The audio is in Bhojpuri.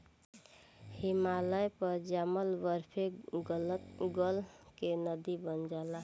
हिमालय पर जामल बरफवे गल के नदी बन जाला